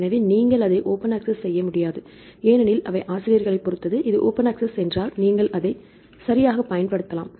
எனவே நீங்கள் அதை ஓபன் அக்சஸ் செய்ய முடியாது ஏனெனில் அவை ஆசிரியர்களைப் பொறுத்தது இது ஓபன் அக்சஸ் என்றால் நீங்கள் அதை சரியாகப் பயன்படுத்தலாம்